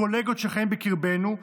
קולגות שחיים בקרבנו.